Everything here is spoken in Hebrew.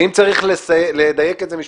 ואם צריך לדייק את זה משפטית,